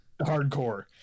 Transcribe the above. hardcore